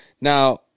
Now